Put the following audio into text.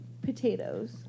potatoes